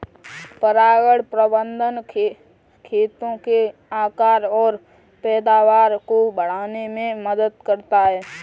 परागण प्रबंधन खेतों के आकार और पैदावार को बढ़ाने में मदद करता है